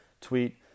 tweet